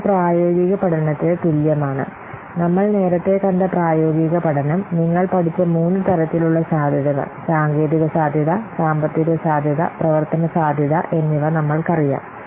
ഇത് പ്രായോഗിക പഠനത്തിന് തുല്യമാണ് നമ്മൾ നേരത്തെ കണ്ട പ്രായോഗിക പഠനം നിങ്ങൾ പഠിച്ച മൂന്ന് തരത്തിലുള്ള സാധ്യതകൾ സാങ്കേതിക സാധ്യത സാമ്പത്തിക സാധ്യത പ്രവർത്തന സാധ്യത എന്നിവ നമ്മൾക്കറിയാം